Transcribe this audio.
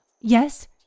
Yes